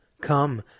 Come